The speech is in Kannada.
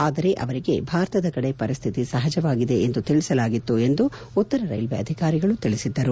ಆದರೆ ಅವರಿಗೆ ಭಾರತದ ಕಡೆ ಪರಿಸ್ಥಿತಿ ಸಹಜವಾಗಿದೆ ಎಂದು ತಿಳಿಸಲಾಗಿತ್ತು ಎಂದು ಉತ್ತರ ರೈಲ್ವೆ ಅಧಿಕಾರಿಗಳು ತಿಳಿಸಿದ್ದರು